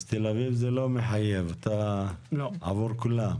אז תל אביב זה לא מחייב אתה עבור כולם?